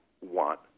want